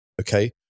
Okay